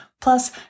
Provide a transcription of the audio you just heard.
Plus